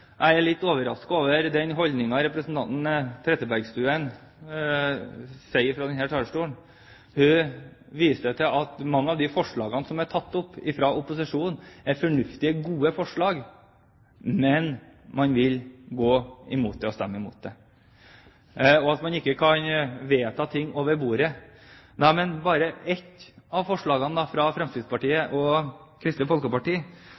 mange av de forslagene som er tatt opp av opposisjonen, er fornuftige, gode forslag, men at man vil stemme imot dem, og at man ikke kan vedta ting over bordet. Ett av forslagene fra Fremskrittspartiet og Kristelig Folkeparti